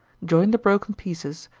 join the broken pieces,